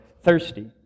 thirsty